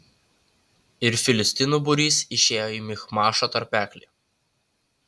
ir filistinų būrys išėjo į michmašo tarpeklį